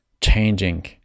changing